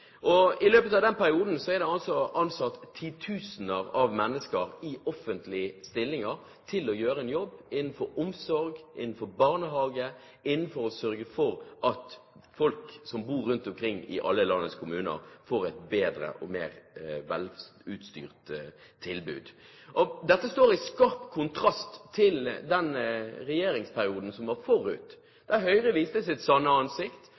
Og i løpet av den perioden er det altså ansatt titusener av mennesker i offentlige stillinger til å gjøre en jobb innenfor omsorg, innenfor barnehage – for å sørge for at folk som bor rundt omkring i alle landets kommuner, får et bedre og mer velfungerende tilbud. Dette står i skarp kontrast til den regjeringsperioden som var forut, der Høyre viste sitt sanne ansikt